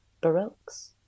Baroque's